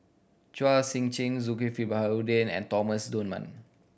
Chua Sian Chin Zulkifli Baharudin and Thomas Dunman